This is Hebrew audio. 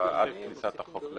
עד כניסת החוק.